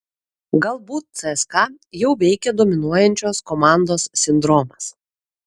galbūt cska jau veikia dominuojančios komandos sindromas